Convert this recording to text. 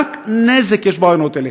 רק נזק יש ברעיונות האלה.